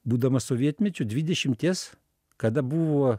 būdamas sovietmečiu dvidešimties kada buvo